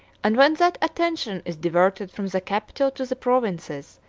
and when that attention is diverted from the capital to the provinces,